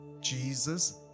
Jesus